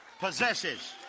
possesses